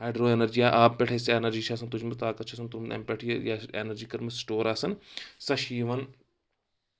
hydro energy یا آبہٕ پؠٹھ اَسہِ اؠنَرجی چھِ آسان تُجمٔژ طاقت چھُ آسان تُلمُت امہِ پؠٹھ یہِ اؠنَرجی کٔرمٕژ سٹور آسان سۄ چھِ یِوان